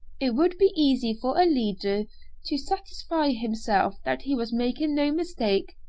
it would be easy for a leader to satisfy himself that he was making no mistake,